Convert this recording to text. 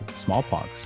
smallpox